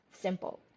simple